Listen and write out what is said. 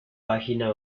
página